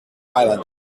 violence